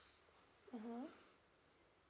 mmhmm